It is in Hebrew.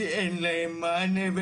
כי אין להם מענה,